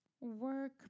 work